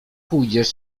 pójdziesz